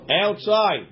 Outside